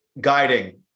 guiding